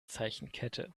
zeichenkette